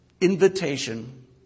invitation